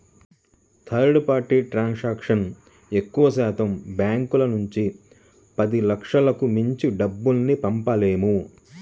third party ట్రాన్సాక్షన్తో ఎక్కువశాతం బ్యాంకుల నుంచి పదిలక్షలకు మించి డబ్బుల్ని పంపలేము